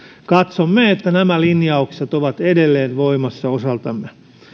katsomme että nämä linjaukset ovat edelleen voimassa osaltamme